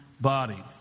body